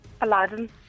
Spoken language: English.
Aladdin